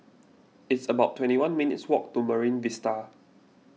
it's about twenty one minutes' walk to Marine Vista